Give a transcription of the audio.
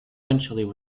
eventually